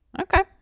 Okay